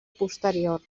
posterior